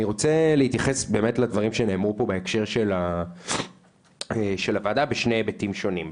אני רוצה להתייחס לדברים שנאמרו פה בהקשר של הוועדה בשני היבטים שונים,